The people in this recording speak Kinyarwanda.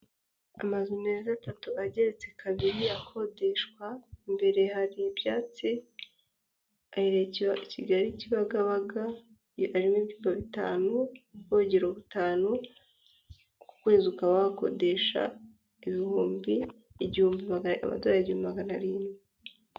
Amazu meza atatu ageretse kabiri akodeshwa, imbere hari ibyatsi, aherereye i Kigali Kibagabaga, arimo ibyumba bitanu, ubwogero butanu, ku kwezi ukaba wakodesha ibihumbi igihumbi, amadorari igihumba na magana arindwi.